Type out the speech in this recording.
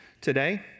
today